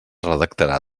redactarà